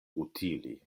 utili